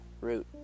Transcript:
root